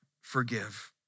forgive